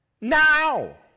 now